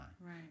Right